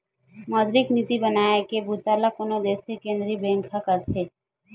मौद्रिक नीति बनाए के बूता कोनो देस के केंद्रीय बेंक ह करथे